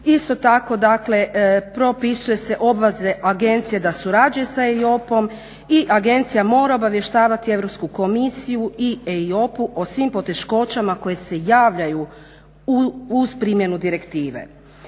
Isto tako, dakle propisuje se obveze agencije da surađuje sa EIOPA-om i agencija mora obavještavati Europsku komisiju i EIOPA-u o svim poteškoćama koje se javljaju uz primjenu direktive.